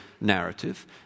narrative